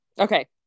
Okay